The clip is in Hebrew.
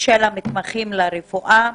של המתמחים לרפואה.